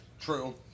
True